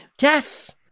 Yes